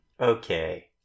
Okay